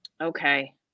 Okay